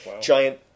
giant